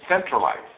centralized